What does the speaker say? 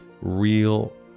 real